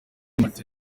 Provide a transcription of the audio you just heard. martin